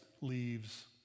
leaves